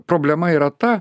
problema yra ta